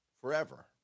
forever